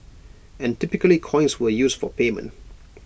and typically coins were used for payment